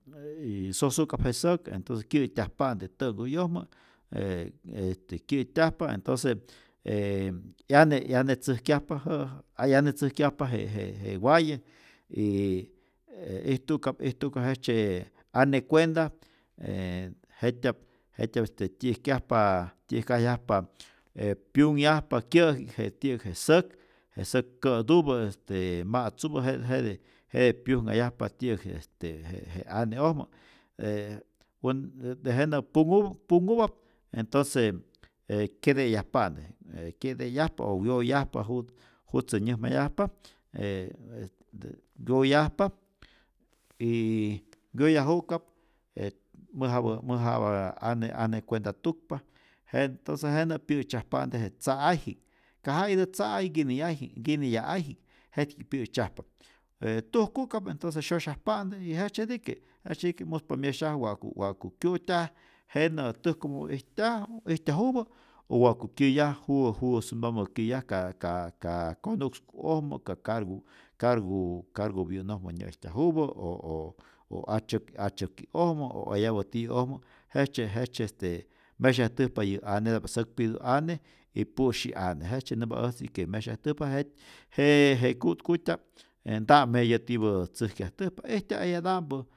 E y sosu'kap je säk, entonce kyä'tyajpa'nte tä'nhkuyojmä, je este kyä'tyajpa entonce ee 'yane 'yane tzäjkyajpa jä'ä a 'yanetzäjkyajpa je je je waye, y e ijtu'kap ijtu'kap jejtzye ane'kuenta ee jet'tyap jet'tyap este tyi'yäjkyajpa tyi'yäjkajyajpa tyiyäjkajyajpa e pyunhyajpa kyä'ji'k je ti'yäk je säk je säk kä'tupä este ma'tzupä jete jete jete pyujnhayajpa ti'yäk je este je je ane'ojmä, e pun tejenä punhupä punhupäp entonce e kye'te'yajpa'nte e kye'teyjapa o wyoyajpa ju jutzä nyäjmayajp, ee wyoyajpa y wyoyaju'kap je mäjapä mäjapä ane ane'kuenta tukpa, jen entonce jenä pyä'tzyajpa'nte je tza'ayji'k, ka ja itä tza'ay kiniyayji'k kiniya' ayji'k, jet'pi'k pyä'tzyajpa e tujku'kap entonce syosyajpa'nte y jejtzyetike jejtzyetike muspa myesyajä wa'ku wa'ku kyu'tyaj jenä täjkojmäpä ijtyaju ijtyajupä, o wa'ku kyäyaj juwä juwä sunpamä kyäyaj ka ka ka konu'ksku'ojmä ka karku karku karku pyä'nojmä nyä'ijtyajupä, o o o atzyäk atzyäki'ojmä o eyapä tiyä'ojmä, jejtzye jejtzye este mesyajtäjpa yä aneta'p säkpitu'ane y pu'syi'ane jejtzye nämpa äjtzi que mesyajtäjpa jet, je je ku'tkutya'p nta'me yätipä tzäjkyajtäjpa ijtyaj eyata'mpä'